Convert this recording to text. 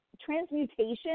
transmutation